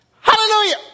Hallelujah